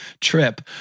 trip